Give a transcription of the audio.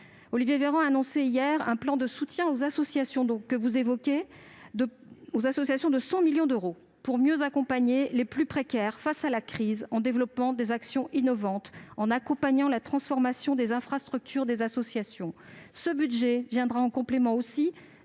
Olivier Véran a annoncé, hier, un plan de soutien aux associations de 100 millions d'euros pour mieux accompagner les plus précaires face à la crise, en développant des actions innovantes et en accompagnant la transformation des infrastructures. Ce budget viendra compléter les